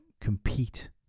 compete